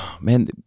Man